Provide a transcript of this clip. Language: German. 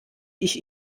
ich